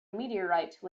meteorite